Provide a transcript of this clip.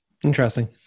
Interesting